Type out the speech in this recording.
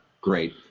Great